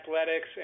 athletics